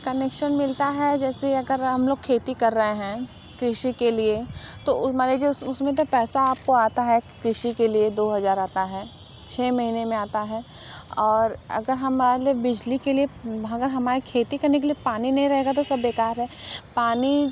connection मिलता है जैसे अगर हम लोग खेती कर रहे हैं कृषि के लिए तो मान लीजिए उसमें तो पैसा आपको आता है कृषि के लिए दो हज़ार आता है छः महीने में आता है और अगर हमारे लिए बिजली के लिए अगर हमारे खेती करने के लिए पानी नहीं रहेगा तो सब बेकार है पानी